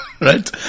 Right